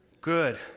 good